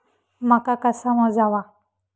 मका कसा मोजावा?